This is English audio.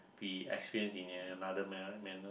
be experienced in another